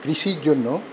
কৃষির জন্য